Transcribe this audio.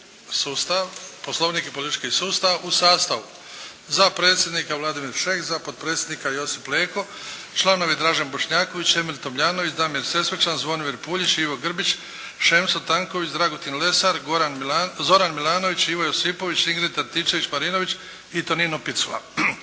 u sastavu za predsjednika Vladimir Šeks, za potpredsjednika Josip Leko, članovi Dražen Bošnjaković, Emil Tomljanović, Damir Sesvečan, Zvonimir Puljić, Ivo Grbić, Šemso Tanković, Dragutin Lesar, Zoran Milanović, Ivo Josipović, Ingrid Antičević-Marinović i Tonino Picula.